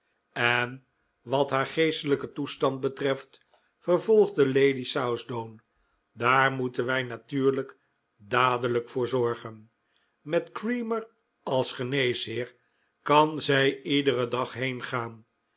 en wat haar geestelijke toestand betreft vervolgde lady southdown daar moeten wij natuurlijk dadel'ijk voor zorgen met creamer als geneesheer kan zij iederen dag